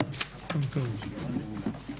הישיבה ננעלה בשעה 14:27.